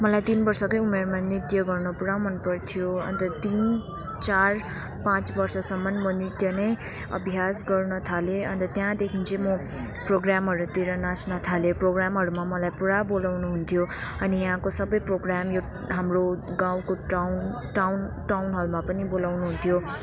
मलाई तिन वर्षकै उमेरमा नृत्य गर्नु पुरा मनपर्थ्यो अन्त तिन चार पाँच वर्षसम्म मो नृत्य नै अभ्यास गर्न थालेँ अन्त त्याँदेखि चाहिँ म प्रोग्रामहरूतिर नाँच्न थालेँ प्रोग्रामहरूमा मलाई पुरा बोलाउनुहुन्थ्यो अनि यहाँको सबै प्रोग्राम यो हाम्रो गाउँको टाउन टाउन टाउनहलमा पनि बोलाउनुहुन्थ्यो